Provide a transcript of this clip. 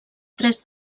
tres